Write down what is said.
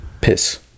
Piss